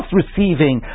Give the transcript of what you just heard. receiving